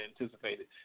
anticipated